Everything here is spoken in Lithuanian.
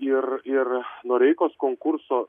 ir ir noreikos konkurso